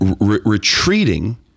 retreating